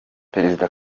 perezida